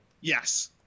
Yes